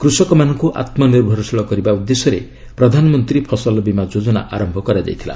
କୃଷକମାନଙ୍କୁ ଆତ୍ମନିର୍ଭରଶୀଳ କରିବା ଉଦ୍ଦେଶ୍ୟରେ ପ୍ରଧାନମନ୍ତ୍ରୀ ଫସଲ ବୀମା ଯୋଜନା ଆରମ୍ଭ କରାଯାଇଥିଲା